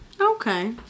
Okay